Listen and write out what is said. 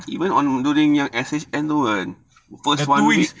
the two weeks